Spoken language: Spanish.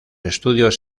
estudios